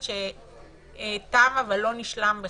תם אבל לא נשלם.